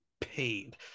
paid